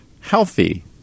healthy